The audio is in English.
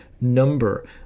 number